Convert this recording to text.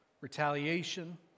retaliation